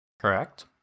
Correct